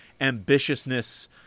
ambitiousness